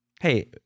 hey